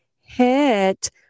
hit